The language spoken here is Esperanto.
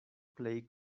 plej